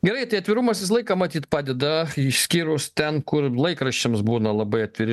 gerai tai atvirumas visą laiką matyt padeda išskyrus ten kur laikraščiams būna labai atviri